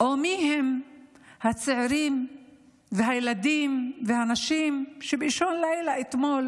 או מיהם הצעירים והילדים והאנשים שבאישון לילה אתמול,